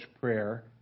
prayer